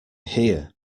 here